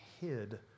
hid